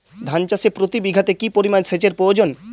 ধান চাষে প্রতি বিঘাতে কি পরিমান সেচের প্রয়োজন?